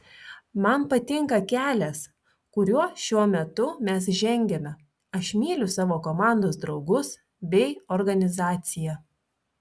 man patinka kelias kuriuo šiuo metu mes žengiame aš myliu savo komandos draugus bei organizaciją